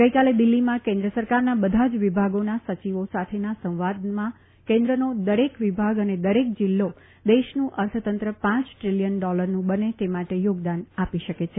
ગઇકાલે દિલ્હીમાં કેન્દ્ર સરકારના બધા જ વિભાગોના સચિવો સાથેના સંવાદમાં કેન્દ્રનો દરેક વિભાગ અને દરેક જીલ્લો દેશનું અર્થતંત્ર પાંચ ટ્રિલીયન ડોલરનું બને તે માટે યોગદાન આપી શકે છે